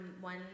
one